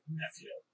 nephew